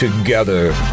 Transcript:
together